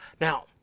Now